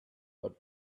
but